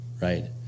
Right